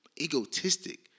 egotistic